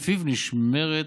ולפיו נשמרת